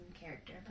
character